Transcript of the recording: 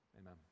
Amen